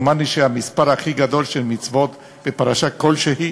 דומני שהמספר הכי גדול של מצוות בפרשה כלשהי,